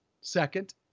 second